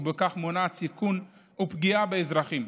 ובכך מונעת סיכון ופגיעה באזרחים.